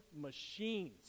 machines